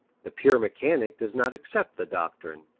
the pure mechanic does not accept the doctrine.